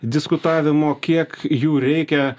diskutavimo kiek jų reikia